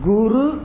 Guru